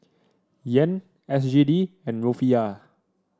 Yen S G D and Rufiyaa